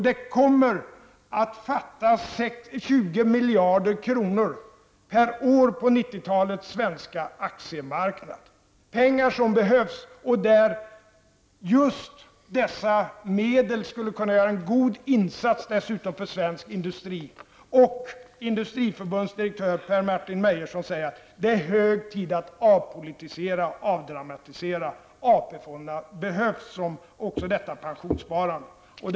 Det kommer att fattas 20 miljarder kronor per år på nittiotalets svenska aktiemarknad, pengar som behövs. AP-fonderna skulle här kunna göra en god insats för svensk industri. Industriförbundets direktör Per-Martin Meyerson säger att det är hög tid att avpolitisera och avdramatisera AP-fonderna. Sparandet i pensionsfonderna behövs.